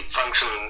function